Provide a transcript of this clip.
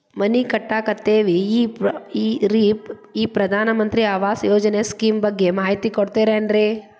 ಮನಿ ಕಟ್ಟಕತೇವಿ ರಿ ಈ ಪ್ರಧಾನ ಮಂತ್ರಿ ಆವಾಸ್ ಯೋಜನೆ ಸ್ಕೇಮ್ ಬಗ್ಗೆ ಮಾಹಿತಿ ಕೊಡ್ತೇರೆನ್ರಿ?